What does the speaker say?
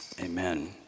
amen